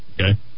Okay